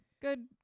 Good